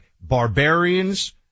barbarians